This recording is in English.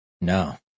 No